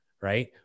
Right